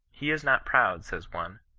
he is not proud, says one.